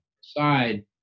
side